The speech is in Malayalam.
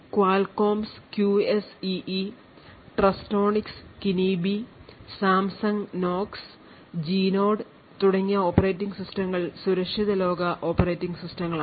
Qualcomm's QSEE Trustonics Kinibi Samsung Knox Genode തുടങ്ങിയ ഓപ്പറേറ്റിംഗ് സിസ്റ്റങ്ങൾ സുരക്ഷിത ലോക ഓപ്പറേറ്റിംഗ് സിസ്റ്റങ്ങളാണ്